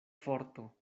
forto